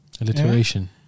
Alliteration